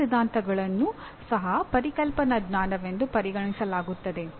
ಎಲ್ಲಾ ಸಿದ್ಧಾಂತಗಳನ್ನೂ ಸಹ ಪರಿಕಲ್ಪನಾ ಜ್ಞಾನವೆಂದು ಪರಿಗಣಿಸಲಾಗುತ್ತದೆ